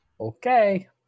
okay